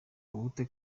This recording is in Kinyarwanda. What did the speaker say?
ubute